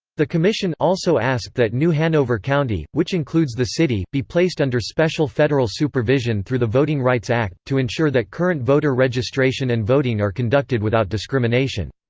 the commission also asked that new hanover county, which includes the city, be placed under special federal supervision through the voting rights act, to ensure that current voter registration and voting are conducted without discrimination.